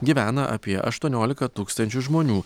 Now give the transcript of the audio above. gyvena apie aštuoniolika tūkstančių žmonių